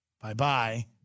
Bye-bye